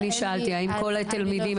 לכן שאלתי, האם כל התלמידים מקבלים?